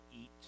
eat